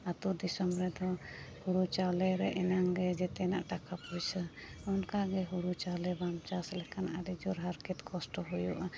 ᱟᱛᱳ ᱫᱤᱥᱚᱢ ᱨᱮᱫᱚ ᱦᱩᱲᱩ ᱪᱟᱣᱞᱮ ᱨᱮ ᱮᱱᱟᱝ ᱜᱮ ᱡᱚᱛᱚᱱᱟᱜ ᱴᱟᱠᱟ ᱯᱩᱭᱥᱟᱹ ᱚᱱᱠᱟᱜᱮ ᱦᱩᱲᱩ ᱪᱟᱣᱞᱮ ᱵᱟᱢ ᱪᱟᱥ ᱞᱮᱠᱷᱟᱱ ᱟᱹᱰᱤᱡᱳᱨ ᱦᱟᱨᱠᱮᱛ ᱠᱚᱥᱴᱚ ᱦᱩᱭᱩᱜᱼᱟ